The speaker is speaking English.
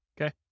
Okay